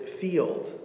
field